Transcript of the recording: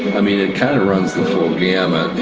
i mean it kind of runs the full gamut.